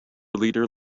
leader